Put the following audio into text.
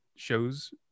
shows